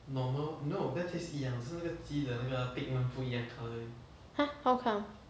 !huh! how come